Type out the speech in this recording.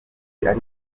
bakaba